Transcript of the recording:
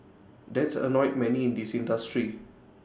that's annoyed many in the industry